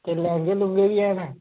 कोई लैहंगे बी हैन